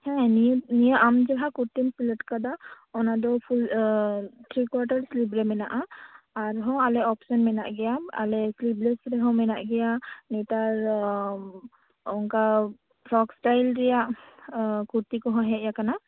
ᱦᱮᱸ ᱱᱤᱭᱟᱹ ᱱᱤᱭᱟᱹ ᱟᱢ ᱡᱟᱦᱟᱸ ᱠᱩᱨᱛᱤᱢ ᱥᱤᱞᱮᱠᱴ ᱟᱠᱟᱫᱟ ᱚᱱᱟ ᱫᱚ ᱯᱷᱩᱞ ᱛᱷᱨᱤ ᱠᱳᱭᱟᱴᱟᱨ ᱠᱞᱤᱯ ᱨᱮ ᱢᱮᱱᱟᱜᱼᱟ ᱟᱨ ᱦᱚᱸ ᱟᱞᱮ ᱚᱯᱥᱮᱱ ᱢᱮᱱᱟᱜ ᱜᱮᱭᱟ ᱟᱞᱮ ᱴᱩᱵᱽᱞᱮᱥ ᱨᱮᱦᱚᱸ ᱢᱮᱱᱟᱜ ᱜᱮᱭᱟ ᱱᱮᱛᱟᱨ ᱚᱱᱠᱟ ᱯᱷᱨᱚᱠ ᱥᱴᱟᱭᱤᱞ ᱨᱮᱭᱟᱜ ᱠᱩᱨᱛᱤ ᱠᱚᱦᱚᱸ ᱦᱮᱡ ᱟᱠᱟᱱᱟ